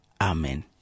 Amen